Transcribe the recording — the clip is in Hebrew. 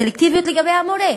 סלקטיביות לגבי המורה.